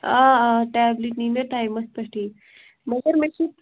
آ آ ٹیبلِٹ نی مےٚ ٹایمَس پٮ۪ٹھٕے مگر مےٚ چھِ